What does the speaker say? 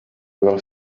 will